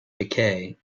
decay